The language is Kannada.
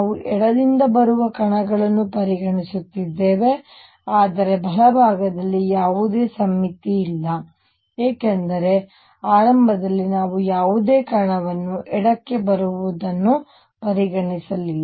ನಾವು ಎಡದಿಂದ ಬರುವ ಕಣಗಳನ್ನು ಪರಿಗಣಿಸುತ್ತಿದ್ದೇವೆ ಆದರೆ ಬಲಭಾಗದಲ್ಲಿ ಯಾವುದೇ ಸಮ್ಮಿತಿಯಿಲ್ಲ ಏಕೆಂದರೆ ಆರಂಭದಲ್ಲಿ ನಾವು ಯಾವುದೇ ಕಣವನ್ನು ಎಡಕ್ಕೆ ಬರುವುದನ್ನು ಪರಿಗಣಿಸಲಿಲ್ಲ